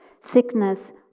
sickness